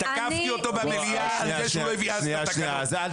תקפתי אותו במליאה על זה שהוא לא הביא את התקנות אז.